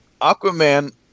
Aquaman